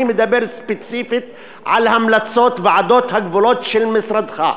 אני מדבר ספציפית על המלצות ועדות הגבולות של משרדך.